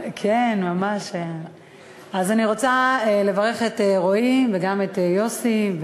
אני רוצה לברך את רועי וגם את יוסי,